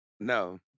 No